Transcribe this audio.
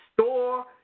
Store